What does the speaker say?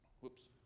Whoops